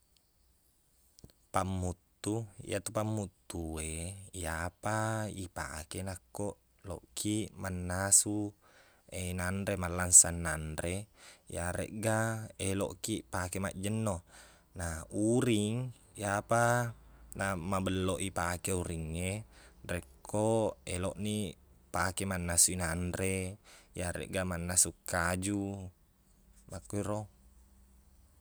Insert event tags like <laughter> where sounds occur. Pamuttu. Iyatu pamuttu e, iyapa ipaake nakko loqkiq mannasu <hesitation> nanre, mallansang nanre, iyareqga eloqkiq pake majjenno. Na uring, iyapa namabelloq i pake uring e, rekko eloqniq pake mannasu nanre, iyareqga mannasu kaju. Makkuero.